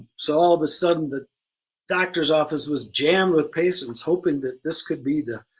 so all of a sudden the doctor's office was jammed with patients, hoping that this could be the